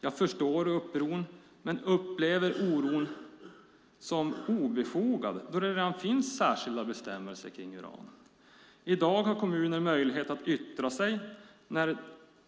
Jag förstår oron, men upplever den som obefogad då det redan finns särskilda bestämmelser kring uran. I dag har kommuner möjlighet att yttra sig när